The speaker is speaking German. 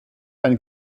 ein